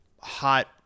hot